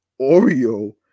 Oreo